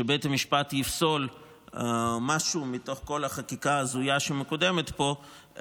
שבית המשפט יפסול משהו מתוך כל החקיקה ההזויה שמקודמת פה,